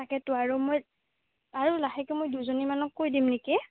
তাকেতো আৰু মই আৰু লাহেকৈ মই দুজনীমানক কৈ দিম নেকি